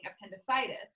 appendicitis